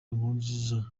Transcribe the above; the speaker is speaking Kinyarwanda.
nkurunziza